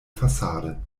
fassade